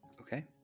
okay